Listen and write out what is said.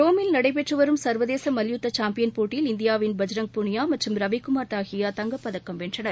ரோமில் நடைபெற்று வரும் சர்வதேச மல்யுத்த சாம்பியன் போட்டியில் இந்தியாவின் பஜ்ரங் புனியா மற்றும் ரவிக்குமார் தகியா தங்கப்பதக்கம் வென்றனர்